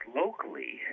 locally